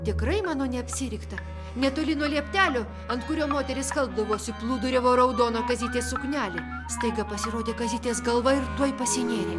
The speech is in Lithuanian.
tikrai mano neapsirikta netoli nuo lieptelio ant kurio moteris skalbdavosi plūduriavo raudona kasytės suknelė staiga pasirodė kazytės galva ir tuoj pasinėrė